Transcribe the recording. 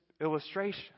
illustration